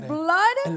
blood